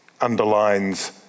underlines